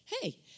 hey